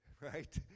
right